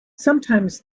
sometimes